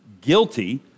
guilty